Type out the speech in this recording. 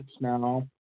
now